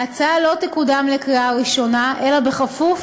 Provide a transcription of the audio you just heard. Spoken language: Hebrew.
ההצעה לא תקודם לקריאה ראשונה אלא בכפוף